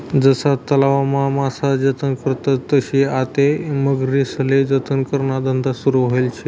जशा तलावमा मासा जतन करतस तशी आते मगरीस्ले जतन कराना धंदा सुरू व्हयेल शे